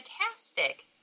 fantastic